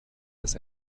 das